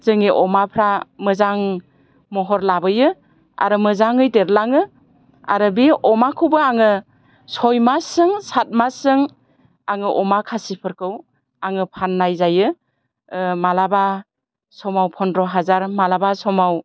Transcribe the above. जोंनि अमाफ्रा मोजां महर लाबोयो आरो मोजाङै देरलाङो आरो बि अमाखौबो आङो सय मासजों सात मासजों आङो अमा खासिफोरखौ आङो फाननाय जायो माब्लाबा समाव फनद्र' हाजार माब्लाबा समाव